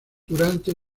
durante